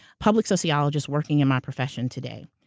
public sociologists working in my profession today.